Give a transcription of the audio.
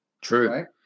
True